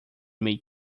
made